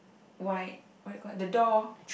white what you call the door